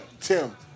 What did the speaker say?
Tim